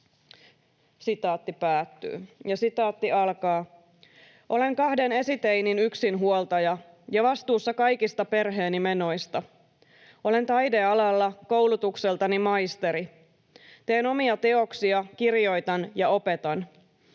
omallatunnolla kurjistaa.” ”Olen kahden esiteinin yksinhuoltaja ja vastuussa kaikista perheeni menoista. Olen taidealalla, koulutukseltani maisteri. Teen omia teoksia, kirjoitan ja opetan.